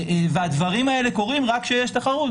הדברים האלה קורים רק כשיש תחרות.